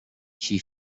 she